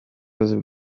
nabikoze